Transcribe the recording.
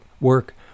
work